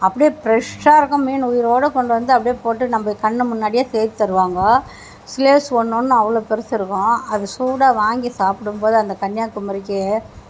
அப்படியே ப்ரஷாக இருக்கும் மீன் உயிரோடு கொண்டுவந்து அப்படியே போட்டு நம்ம கண்ணுமுன்னாடி செய்து தருவாங்க ஸ்லேஸ் ஒன்று ஒன்றும் அவ்வளோ பெருசு இருக்கும் அது சூடாக வாங்கி சாப்பிடும் போது அந்த கன்னியாகுமரிக்கு